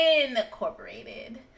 incorporated